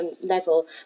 level